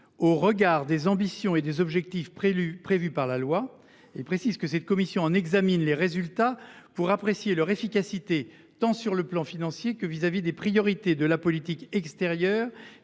au regard des ambitions et des objectifs prévus par la loi et elle en examine les résultats pour apprécier leur efficacité, tant sur le plan financier que vis à vis des priorités de la politique extérieure